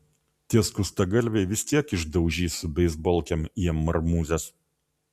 tie skustagalviai vis tiek išdaužys su beisbolkėm jiem marmūzes